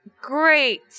great